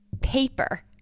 paper